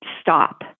stop